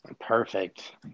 perfect